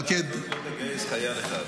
-- הוועדה הזאת לא תגייס חייל אחד.